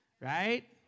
Right